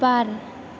बार